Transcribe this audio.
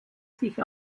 sich